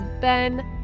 Ben